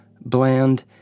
bland